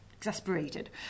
exasperated